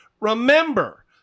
remember